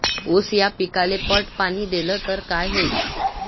ऊस या पिकाले पट पाणी देल्ल तर काय होईन?